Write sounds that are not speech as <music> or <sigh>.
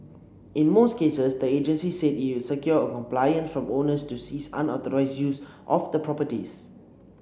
in most cases the agency said it <unintelligible> secured compliance from owners to cease unauthorised use of the properties